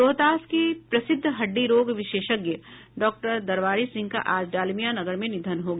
रोहतास के प्रसिद्ध हड्डी रोग विशेषज्ञ डॉक्टर दरबारी सिंह का आज डालमिया नगर में निधन हो गया